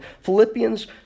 Philippians